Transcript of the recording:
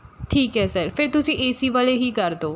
ਠੀਕ ਹੈ ਸਰ ਫਿਰ ਤੁਸੀਂ ਏ ਸੀ ਵਾਲੇ ਹੀ ਕਰ ਦਿਓ